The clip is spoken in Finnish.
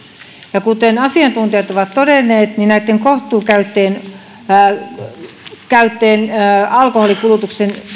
ja kuten asiantuntijat ovat todenneet näitten kohtuukäyttäjien alkoholinkulutuksen